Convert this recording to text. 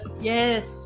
Yes